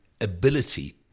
ability